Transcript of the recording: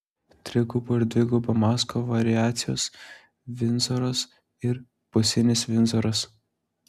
trigubo ir dvigubo mazgo variacijos vindzoras ir pusinis vindzoras